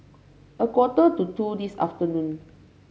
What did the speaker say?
a quarter to two this afternoon